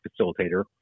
facilitator